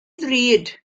ddrud